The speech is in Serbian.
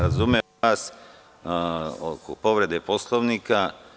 Razumeo sam vas oko povrede Poslovnika.